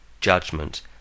judgment